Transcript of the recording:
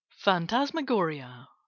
PHANTASMAGORIA